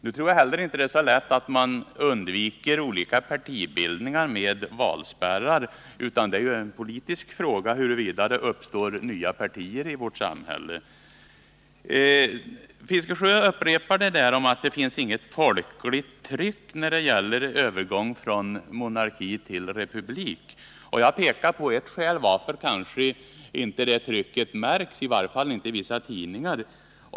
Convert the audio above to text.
Nu tror jag inte heller att det går att undvika olika partibildningar med hjälp av valspärrar, utan det är ju en politisk fråga huruvida det uppstår nya partier i vårt samhälle. Bertil Fiskesjö upprepade att det finns inget folkligt tryck när det gäller övergång från monarki till republik. Jag har pekat på ett skäl till att det trycket inte märks, i varje fall inte i vissa tidningar.